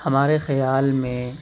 ہمارے خیال میں